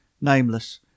nameless